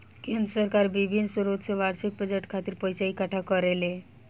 केंद्र सरकार बिभिन्न स्रोत से बार्षिक बजट खातिर पइसा इकट्ठा करेले